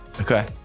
Okay